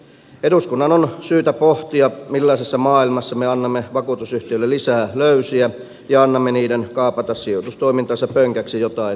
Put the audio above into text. eduskunnan on syytä pohtia millaisessa maailmassa me annamme vakuutusyhtiöille lisää löysiä ja annamme niiden kaapata sijoitustoimintansa pönkäksi jotain toisen omaa